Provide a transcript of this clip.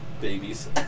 babies